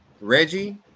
Reggie